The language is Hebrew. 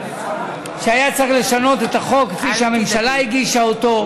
מכפי שהממשלה הגישה אותו.